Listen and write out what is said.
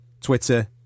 Twitter